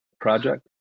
project